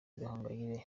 gahongayire